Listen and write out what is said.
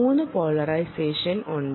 3 polarisation ഉണ്ട്